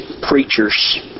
preachers